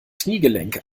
kniegelenk